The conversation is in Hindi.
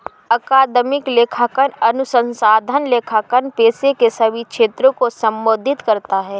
अकादमिक लेखांकन अनुसंधान लेखांकन पेशे के सभी क्षेत्रों को संबोधित करता है